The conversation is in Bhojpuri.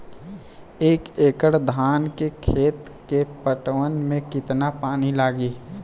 एक एकड़ धान के खेत के पटवन मे कितना पानी लागि?